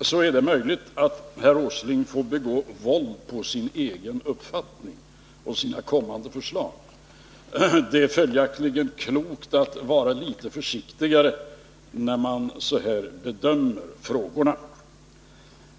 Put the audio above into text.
så är det möjligt att herr Åsling får göra våld på sin egen uppfattning och sina kommande förslag. Det är följaktligen klokt att vara litet försiktigare när man bedömer frågorna.